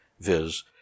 viz